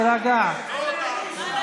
תירגע, תירגע.